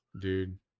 Dude